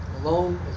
alone